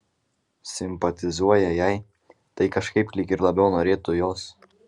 simpatizuoja jai tai kažkaip lyg ir labiau norėtų jos